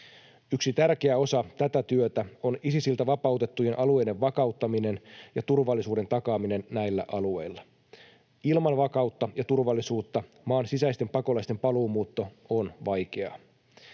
Yksi tärkeä osa tätä työtä on Isisiltä vapautettujen alueiden vakauttaminen ja turvallisuuden takaaminen näillä alueilla. Ilman vakautta ja turvallisuutta maan sisäisten pakolaisten paluumuutto on vaikeaa.